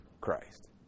Christ